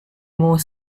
more